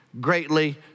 greatly